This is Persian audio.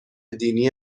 دینی